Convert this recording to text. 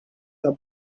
the